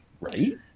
Right